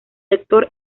lector